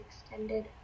extended